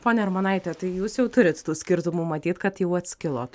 ponia armonaite tai jūs jau turit tų skirtumų matyt kad jau atskilot